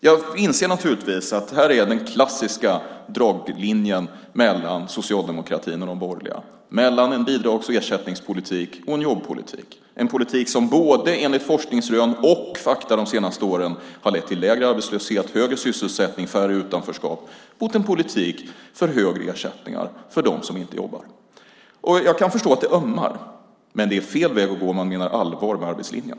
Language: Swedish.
Jag inser naturligtvis att här går den klassiska skiljelinjen mellan socialdemokratin och de borgerliga, mellan en bidrags och ersättningspolitik och en jobbpolitik - en politik som enligt både forskningsrön och fakta de senaste åren har lett till lägre arbetslöshet, högre sysselsättning och färre i utanförskap mot en politik för högre ersättningar för dem som inte jobbar. Jag kan förstå att det ömmar, men det är fel väg att gå om man menar allvar med arbetslinjen.